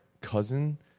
cousin